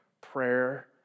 prayer